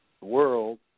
world